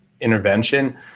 Intervention